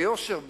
ביושר,